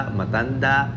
matanda